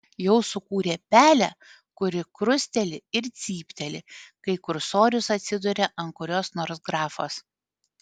jau sukūrė pelę kuri krusteli ir cypteli kai kursorius atsiduria ant kurios nors grafos